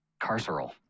carceral